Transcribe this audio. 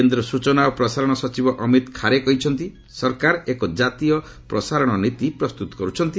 କେନ୍ଦ୍ର ସୂଚନା ଓ ପ୍ରସାରଣ ସଚିବ ଅମିତ ଖାରେ କହିଛନ୍ତି ସରକାର ଏକ ଜାତୀୟ ପ୍ରସାରଣ ନୀତି ପ୍ରସ୍ତୁତ କରୁଛନ୍ତି